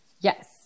yes